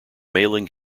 mailing